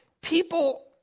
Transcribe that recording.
people